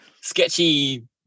sketchy